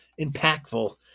impactful